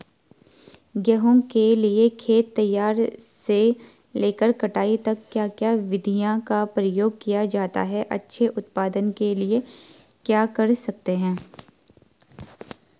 गेहूँ के लिए खेत तैयार से लेकर कटाई तक क्या क्या विधियों का प्रयोग किया जाता है अच्छे उत्पादन के लिए क्या कर सकते हैं?